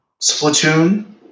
Splatoon